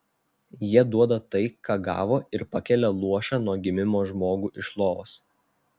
jie duoda tai ką gavo ir pakelia luošą nuo gimimo žmogų iš lovos